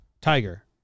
Tiger